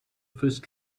first